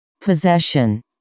Possession